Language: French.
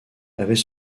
avait